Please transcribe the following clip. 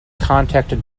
contacted